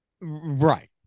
Right